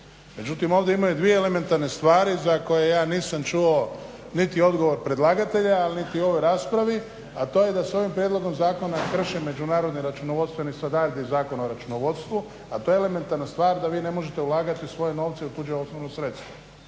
Međutim, ovdje imaju dvije elementarne stvari za koje nisam čuo niti odgovor predlagatelja niti u ovoj raspravi,a to je da s ovim prijedlogom zakona krše međunarodni računovodstveni standardi i Zakon o računovodstvu a to je elementarna stvar da vi ne možete ulagati svoje novce u tuđe osnovno sredstvo.